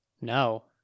No